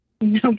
No